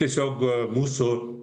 tiesiog mūsų